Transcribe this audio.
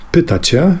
Pytacie